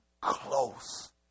close